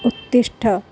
उत्थाय